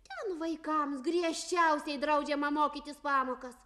ten vaikams griežčiausiai draudžiama mokytis pamokas